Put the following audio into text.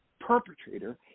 perpetrator